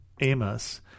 Amos